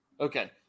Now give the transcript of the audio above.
Okay